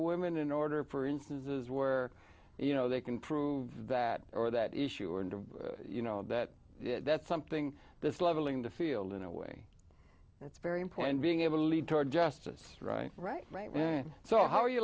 women in order for instances where you know they can prove that or that issue and you know that that's something that's leveling the field in a way that's very important being able to lead toward justice right right right yeah so how are you